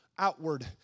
Outward